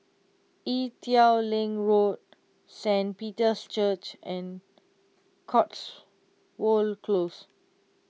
Ee Teow Leng Road Saint Peter's Church and Cotswold Close